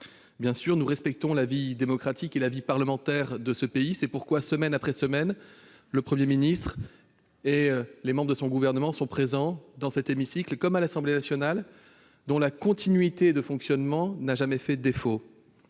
Bien sûr, nous respectons la vie démocratique et la vie parlementaire de ce pays. C'est pourquoi, semaine après semaine, le Premier ministre et les membres du Gouvernement sont présents dans cet hémicycle, comme à l'Assemblée nationale : la continuité du fonctionnement de nos institutions